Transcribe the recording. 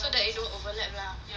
so there is an overlap lah